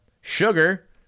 sugar